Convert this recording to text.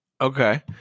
Okay